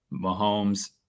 Mahomes